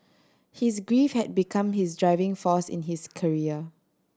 his grief had become his driving force in his career